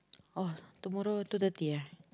oh tomorrow two thirty eh